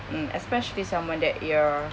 mm especially someone that you're